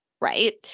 Right